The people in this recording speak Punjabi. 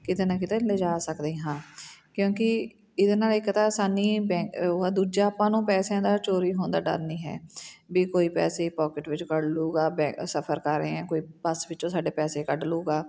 ਕਿਤੇ ਨਾ ਕਿਤੇ ਲਿਜਾ ਸਕਦੇ ਹਾਂ ਕਿਉਂਕਿ ਇਹਦੇ ਨਾਲ ਇੱਕ ਤਾਂ ਆਸਾਨੀ ਬੈਂ ਉਹ ਆ ਦੂਜਾ ਆਪਾਂ ਨੂੰ ਪੈਸਿਆਂ ਦਾ ਚੋਰੀ ਹੋਣ ਦਾ ਡਰ ਨਹੀਂ ਹੈ ਵੀ ਕੋਈ ਪੈਸੇ ਪੋਕਿਟ ਵਿੱਚੋਂ ਕੱਢ ਲੂਗਾ ਬੈ ਸਫਰ ਕਰ ਰਹੇ ਹਾਂ ਕੋਈ ਪਰਸ ਵਿੱਚੋਂ ਸਾਡੇ ਪੈਸੇ ਕੱਢ ਲੂਗਾ